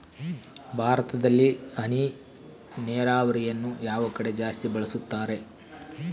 ಭಾರತದಲ್ಲಿ ಹನಿ ನೇರಾವರಿಯನ್ನು ಯಾವ ಕಡೆ ಜಾಸ್ತಿ ಬಳಸುತ್ತಾರೆ?